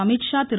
Amit Shah Thiru